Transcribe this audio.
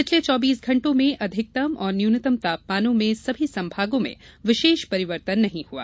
पिछले चौबीस घंटो में अधिकतम और न्यूनतम तापमानों में सभी संभागों में विशेष परिवर्तन नहीं हुआ